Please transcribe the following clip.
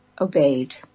obeyed